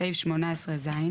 בסעיף 18(ז)